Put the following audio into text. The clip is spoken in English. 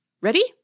Ready